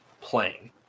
playing